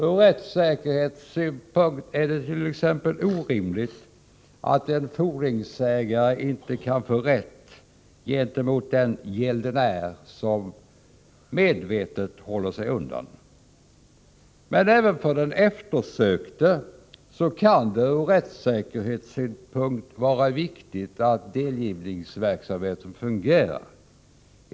Ur rättssäkerhetssynpunkt är det t.ex. orimligt att en fordringsägare inte kan få rätt gentemot den gäldenär som medvetet håller sig undan. Men även för den eftersökte kan det ur rättssäkerhetssynpunkt vara viktigt att delgivningsverksamheten fungerar.